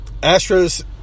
Astros